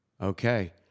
Okay